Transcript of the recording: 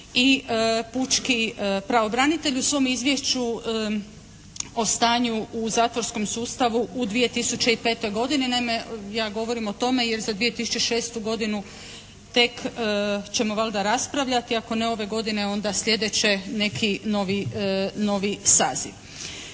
i pučki pravobranitelj u svom izvješću o stanju u zatvorskom sustavu u 2005. godini. Naime, ja govorim o tome jer za 2006. godinu tek ćemo valjda raspravljati ako ne ove godine onda slijedeće neki novi saziv.